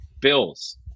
Bills